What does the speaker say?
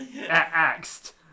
axed